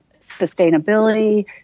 sustainability